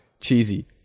cheesy